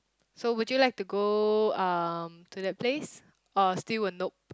so would you like to go um to that place or still will nope